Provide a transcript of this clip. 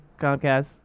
Comcast